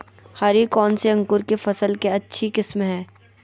हरी कौन सी अंकुर की फसल के अच्छी किस्म है?